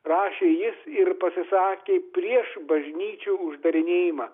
rašė jis ir pasisakė prieš bažnyčių uždarinėjimą